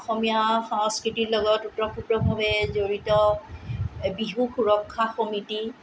অসমীয়া সংস্কৃতিৰ লগত ওতপ্ৰোতভাৱে জড়িত বিহু সুৰক্ষা সমিতি